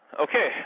Okay